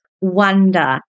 wonder